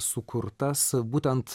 sukurtas būtent